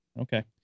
Okay